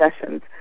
sessions